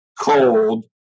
cold